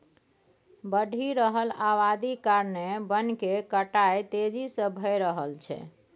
बढ़ि रहल अबादी कारणेँ बन केर कटाई तेजी से भए रहल छै